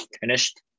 finished